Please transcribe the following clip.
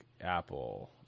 Apple